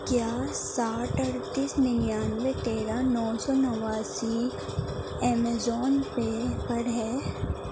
کیا ساٹھ اڑتیس ننانوے تیرہ نو سو نواسی ایمیزون پے پر ہے